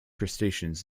crustaceans